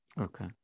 Okay